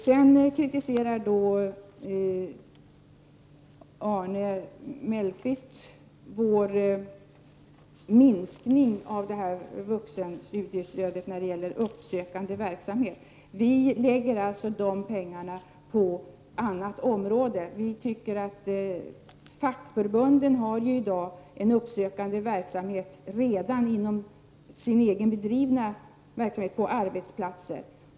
Arne Mellqvist kritiserar vår minskning av vuxenstudiestödet när det gäller uppsökande verksamhet. Vi lägger således dessa pengar på annat område. Vi tycker att fackförbunden i dag redan har en uppsökande verksamhet inom ramen för sin egen bedrivna verksamhet på arbetsplatsen.